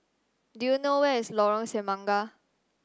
do you know where is Lorong Semangka